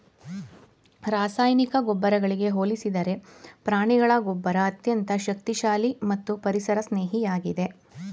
ರಾಸಾಯನಿಕ ಗೊಬ್ಬರಗಳಿಗೆ ಹೋಲಿಸಿದರೆ ಪ್ರಾಣಿಗಳ ಗೊಬ್ಬರ ಅತ್ಯಂತ ಶಕ್ತಿಶಾಲಿ ಮತ್ತು ಪರಿಸರ ಸ್ನೇಹಿಯಾಗಿದೆ